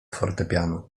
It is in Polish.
fortepianu